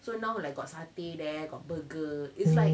so now like got satay there got burger it's like